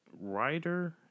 writer